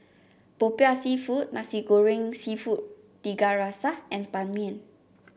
popiah seafood Nasi Goreng seafood Tiga Rasa and Ban Mian